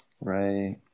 Right